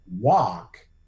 walk